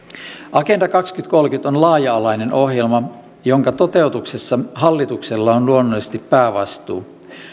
agenda kaksituhattakolmekymmentä on laaja alainen ohjelma jonka toteutuksessa hallituksella on luonnollisesti päävastuu